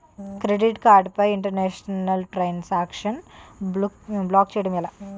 Credit card పై international transaction block చేయటం ఎలా?